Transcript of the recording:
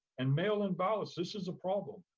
and mail in ballots, this is a problem.